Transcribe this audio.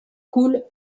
coule